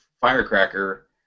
Firecracker